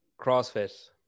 CrossFit